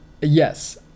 Yes